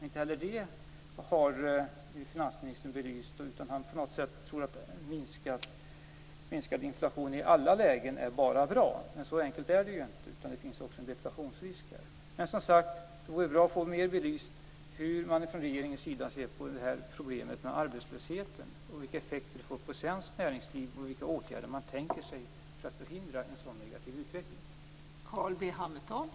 Inte heller det har finansministern belyst, utan han tror på något sätt att minskad inflation i alla lägen bara är bra. Så enkelt är det inte, utan det finns också en deflationsrisk. Det vore bra om vi kunde få mer belyst hur man från regeringens sida ser på problemet med arbetslösheten, vilka effekter det får på svenskt näringsliv och vilka åtgärder man tänker sig för att förhindra en sådan negativ utveckling.